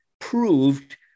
proved